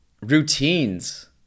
routines